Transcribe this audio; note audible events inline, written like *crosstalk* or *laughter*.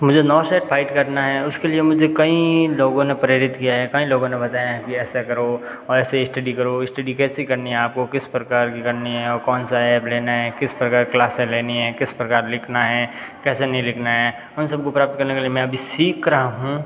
तो मुझे *unintelligible* से फाइट करना है उसके लिए मुझे कई लोगों ने प्रेरित किया है कई लोगों ने बताया हैं कि ऐसा करो और ऐसे स्टडी करो स्टडी कैसी करनी है आपको किस प्रकार की करनी है और कौन सा ऐप लेना है किस प्रकार क्लासे लेनी है किस प्रकार लिखना है कैसे नहीं लिखना है उन सबको प्राप्त करने के लिए मैं अभी सीख रहा हूँ